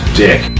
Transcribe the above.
dick